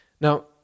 Now